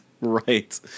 Right